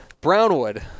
Brownwood